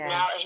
Now